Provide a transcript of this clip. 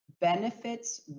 benefits